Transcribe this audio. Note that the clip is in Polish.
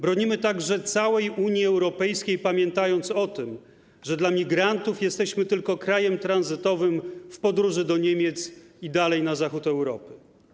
Bronimy także całej Unii Europejskiej, pamiętając o tym, że dla migrantów jesteśmy tylko krajem tranzytowym w podróży do Niemiec i dalej na zachód Europy.